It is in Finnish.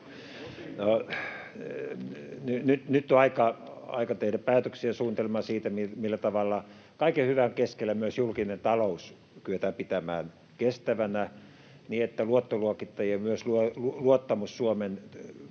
Nyt on aika tehdä päätöksiä ja suunnitelmaa siitä, millä tavalla kaiken hyvän keskellä myös julkinen talous kyetään pitämään kestävänä, niin että myös luottoluokittajien luottamus Suomen — voisi